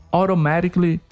automatically